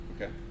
Okay